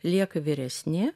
lieka vyresni